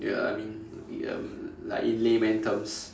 ya I mean um like in layman terms